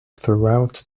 throughout